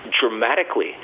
dramatically